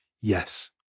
Yes